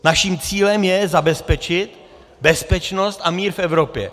Naším cílem je zabezpečit bezpečnost a mír v Evropě.